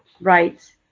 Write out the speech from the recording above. rights